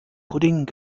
pudding